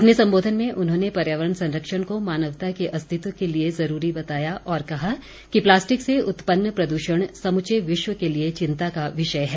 अपने संबोधन में उन्होंने पर्यावरण संरक्षण को मानवता के अस्तित्व के लिए जुरूरी बताया और कहा कि प्लास्टिक से उत्पन्न प्रदूषण समूचे विश्व के लिए चिंता का विषय है